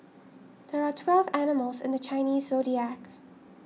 there are twelve animals in the Chinese zodiac